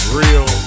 real